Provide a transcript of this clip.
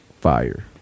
fire